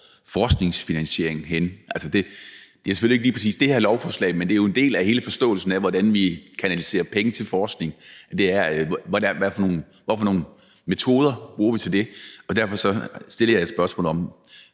Forskningsfinansiering henne? Det er selvfølgelig ikke lige præcis i det her lovforslag, men det er jo en del af hele forståelsen af, hvordan vi kanaliserer penge til forskning, altså hvilke metoder vi bruger til det. Derfor stillede jeg et spørgsmål om